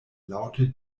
laŭte